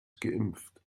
geimpft